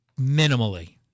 minimally